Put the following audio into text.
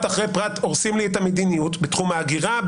אחרי פרט הורסים לי את המדיניות בתחום ההגירה,